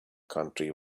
country